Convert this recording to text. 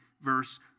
verse